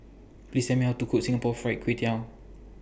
Please Tell Me How to Cook Singapore Fried Kway Tiao